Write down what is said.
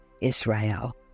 Israel